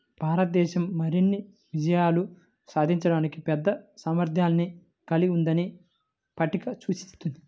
భారతదేశం మరిన్ని విజయాలు సాధించడానికి పెద్ద సామర్థ్యాన్ని కలిగి ఉందని పట్టిక సూచిస్తుంది